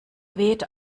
weht